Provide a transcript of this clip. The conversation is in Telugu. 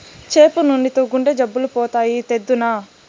చేప నూనెతో గుండె జబ్బులు పోతాయి, తెద్దునా